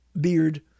beard